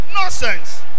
nonsense